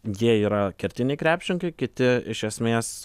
jie yra kertiniai krepšininkai kiti iš esmės